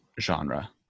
genre